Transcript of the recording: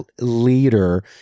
leader